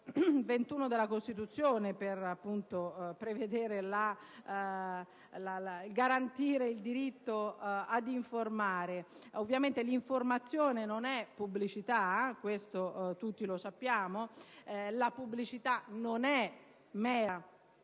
21 della Costituzione per garantire il diritto all'informazione. Ovviamente, l'informazione non è pubblicità: questo tutti lo sappiamo; la pubblicità non è mera